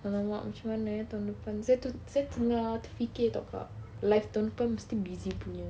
!alamak! macam mana eh tahun depan saya tu saya tengah terfikir [tau] kak life tahun depan mesti busy punya